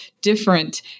different